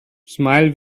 smile